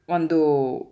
ಒಂದು